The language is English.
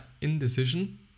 indecision